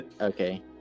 Okay